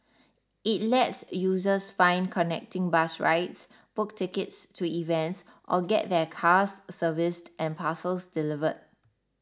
it lets users find connecting bus rides book tickets to events or get their cars serviced and parcels delivered